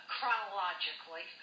chronologically